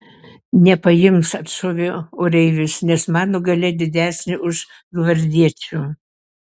nepaims atšovė oreivis nes mano galia didesnė už gvardiečių